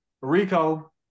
Rico